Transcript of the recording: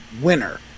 winner